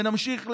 ונמשיך,